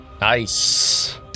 Nice